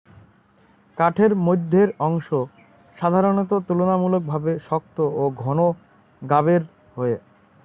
কাঠের মইধ্যের অংশ সাধারণত তুলনামূলকভাবে শক্ত ও ঘন গাবের হয়